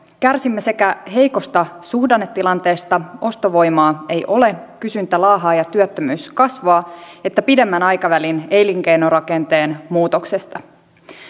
kärsimme sekä heikosta suhdannetilanteesta ostovoimaa ei ole kysyntä laahaa ja työttömyys kasvaa että pidemmän aikavälin elinkeinorakenteen muutoksesta